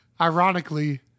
ironically